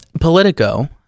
Politico